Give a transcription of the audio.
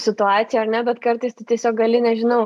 situacijų ar ne bet kartais tu tiesiog gali nežinau